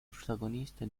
protagonista